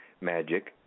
Magic